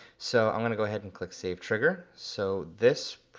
so i'm gonna go ahead and click save trigger. so this,